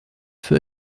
für